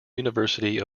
university